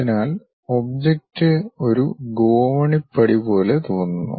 അതിനാൽ ഒബ്ജക്റ്റ് ഒരു ഗോവണിപ്പടി പോലെ തോന്നുന്നു